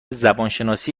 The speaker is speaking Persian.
زبانشناسی